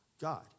God